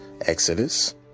Exodus